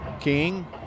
King